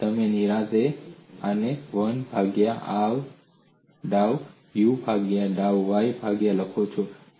અને તમે નિરાંતે આને 1 ભાગ્યા i ડાઉ u ભાગ્યા ડાઉ y ભાગ્યા લખો